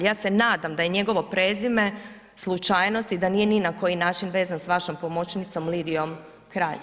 Ja se nadam da je njegovo prezime slučajnost i da nije ni na koji način vezan s vašom pomoćnicom Lidijom Kralj.